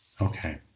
Okay